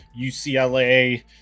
UCLA